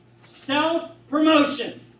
Self-promotion